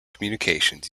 communications